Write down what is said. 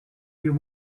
you